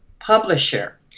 publisher